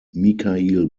mikhail